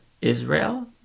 Israel